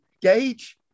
Gage